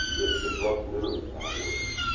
it disrupts liver metabolism.